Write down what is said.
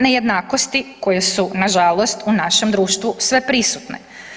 Nejednakosti koje su nažalost u našem društvu sveprisutne.